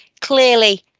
Clearly